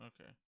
Okay